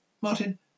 Martin